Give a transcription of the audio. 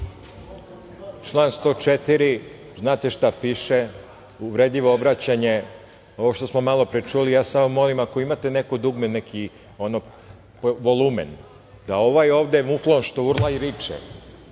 Član 104. Znate li šta piše? Uvredljivo obraćanje ovog što smo malopre čuli. Ja samo molim, ako imate neko dugme, neki volumen, da ovaj ovde muflon što urla i viče,